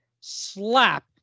slap